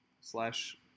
Slash